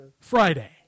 Friday